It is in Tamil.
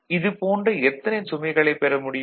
இதுபோன்ற எத்தனைச் சுமைகளைப் பெற முடியும்